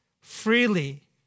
freely